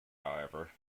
however